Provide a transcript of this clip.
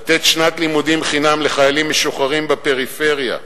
לתת שנת לימודים חינם לחיילים משוחררים בפריפריה.